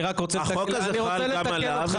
החוק הזה חל גם עליו,